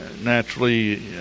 naturally